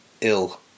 ill